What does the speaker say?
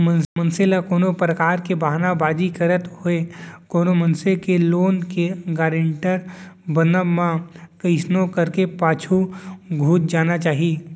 मनसे ल कोनो परकार के बहाना बाजी करत होय कोनो मनसे के लोन के गारेंटर बनब म कइसनो करके पाछू घुंच जाना चाही